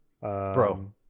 Bro